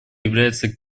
является